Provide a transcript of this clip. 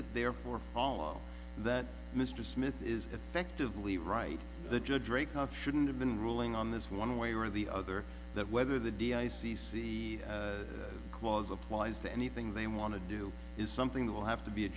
it therefore follow that mr smith is effectively right the judge drake of shouldn't have been ruling on this one way or the other that whether the d i c c clause applies to anything they want to do is something that will have to be a